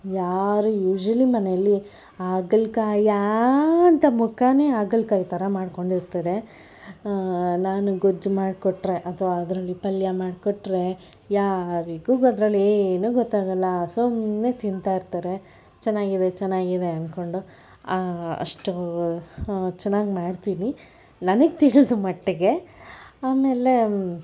ಯಾರು ಯೂಶ್ವಲಿ ಮನೇಲಿ ಹಾಗಲಕಾಯಾ ಅಂತ ಮುಖಾನೇ ಹಾಗಲಕಾಯಿ ಥರ ಮಾಡ್ಕೊಂಡಿರ್ತಾರೆ ನಾನು ಗೊಜ್ಜು ಮಾಡಿಕೊಟ್ರೆ ಅಥ್ವಾ ಅದರಲ್ಲಿ ಪಲ್ಯ ಮಾಡಿಕೊಟ್ರೆ ಯಾರಿಗೂ ಅದರಲ್ಲೇನು ಗೊತ್ತಾಗಲ್ಲ ಸುಮ್ಮನೆ ತಿಂತಾಯಿರ್ತಾರೆ ಚೆನ್ನಾಗಿದೆ ಚೆನ್ನಾಗಿದೆ ಅಂದ್ಕೊಂಡು ಅಷ್ಟು ಚೆನ್ನಾಗಿ ಮಾಡ್ತೀನಿ ನನಗೆ ತಿಳ್ದ ಮಟ್ಟಿಗೆ ಆಮೇಲೆ